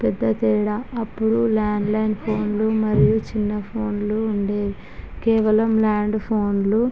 పెద్ద తేడా అప్పుడు ల్యాండ్ లైన్ ఫోన్లు మరియు చిన్నఫోన్లు ఉండేవి కేవలం ల్యాండ్ ఫోన్లు